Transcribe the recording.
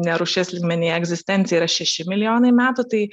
ne rūšies lygmenyje egzistencija yra šeši milijonai metų tai